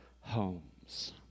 homes